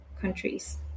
countries